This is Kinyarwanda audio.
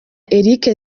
eric